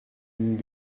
nous